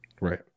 right